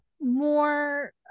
more